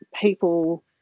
people